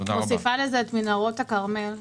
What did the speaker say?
מוסיפה לזה את מנהרות הכרמל.